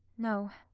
no,